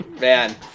Man